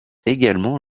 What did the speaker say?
également